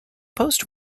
post